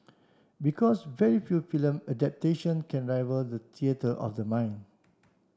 because very few film adaptations can rival the theatre of the mind